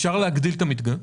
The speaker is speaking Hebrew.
אפשר להגדיל את המקדמות?